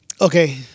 Okay